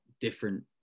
different